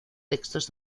textos